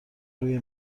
روی